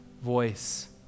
voice